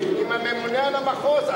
להתייעץ עם הממונה על המחוז,